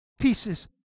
pieces